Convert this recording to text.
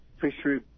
fishery